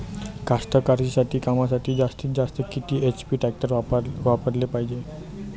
कास्तकारीच्या कामासाठी जास्तीत जास्त किती एच.पी टॅक्टर वापराले पायजे?